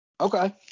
Okay